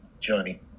journey